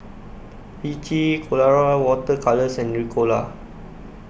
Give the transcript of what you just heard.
Vichy Colora Water Colours and Ricola